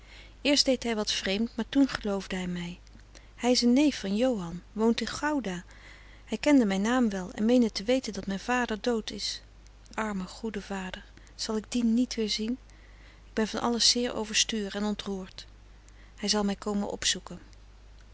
eerst deed hij wat vreemd maar toen geloofde hij mij hij is een neef van johan woont in gouda hij kende mijn naam wel en meende te weten dat mijn vader dood is arme goede vader zal ik dien niet weer zien ik ben van alles zeer overstuur en ontroerd hij zal mij komen opzoeken